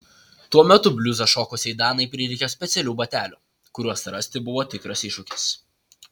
tuo metu bliuzą šokusiai danai prireikė specialių batelių kuriuos rasti buvo tikras iššūkis